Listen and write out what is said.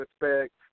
respect